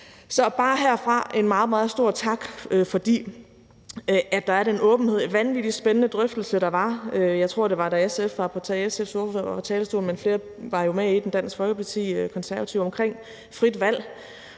er bare herfra en meget, meget stor tak, fordi der er den åbenhed. Det var en vanvittig spændende drøftelse, der var, jeg tror, det var, da SF's ordfører var på talerstolen, men flere var jo med i den, Dansk Folkeparti og Konservative, omkring frit valg.